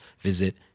visit